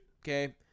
Okay